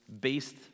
based